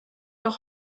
auch